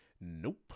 Nope